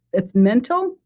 it's mental,